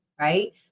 right